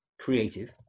creative